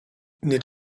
nid